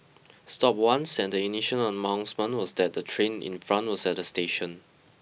stopped once and the initial announcement was that the train in front was at the station